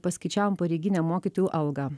paskaičiavom pareiginę mokytojų algą